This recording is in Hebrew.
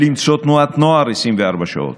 ולמצוא תנועת נוער 24 שעות,